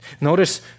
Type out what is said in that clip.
Notice